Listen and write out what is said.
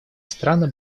странно